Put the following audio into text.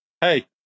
Hey